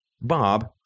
Bob